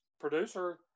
producer